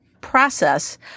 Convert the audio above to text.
process